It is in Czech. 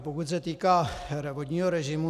Pokud se týká vodního režimu.